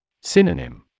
Synonym